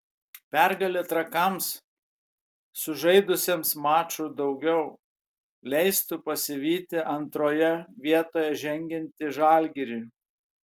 pergalė trakams sužaidusiems maču daugiau leistų pasivyti antroje vietoje žengiantį žalgirį